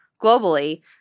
globally